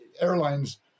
airlines